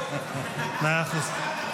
מאה אחוז.